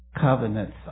Covenants